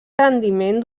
rendiment